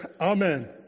Amen